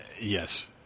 yes